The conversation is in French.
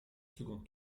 second